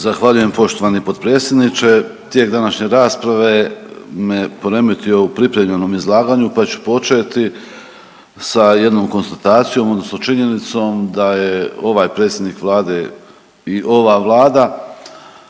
Zahvaljujem poštovani potpredsjedniče. Tijek današnje rasprave me poremetio u pripremljenom izlaganju pa ću početi sa jednom konstatacijom odnosno činjenicom da je ovaj predsjednik vlade i ova vlada